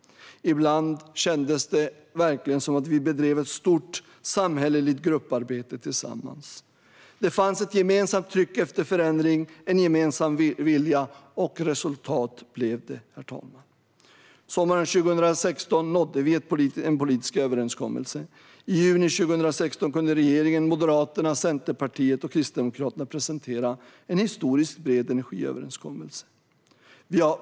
Ibland kändes det verkligen som att vi bedrev ett stort samhälleligt grupparbete tillsammans. Det fanns ett gemensamt tryck efter förändring, en gemensam vilja, och det blev resultat. Sommaren 2016 nådde vi en politisk överenskommelse. I juni 2016 kunde regeringen, Moderaterna, Centerpartiet och Kristdemokraterna presentera en historiskt bred energiöverenskommelse.